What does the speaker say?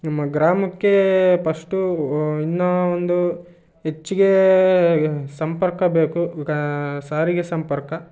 ನಮ್ಮ ಗ್ರಾಮಕ್ಕೆ ಪಸ್ಟು ಇನ್ನೂ ಒಂದು ಹೆಚ್ಗೇ ಸಂಪರ್ಕ ಬೇಕು ಈಗ ಸಾರಿಗೆ ಸಂಪರ್ಕ